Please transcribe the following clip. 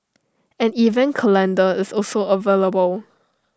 an event calendar is also available